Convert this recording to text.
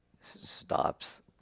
stops